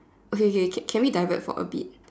okay okay can we divert for a bit